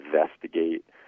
investigate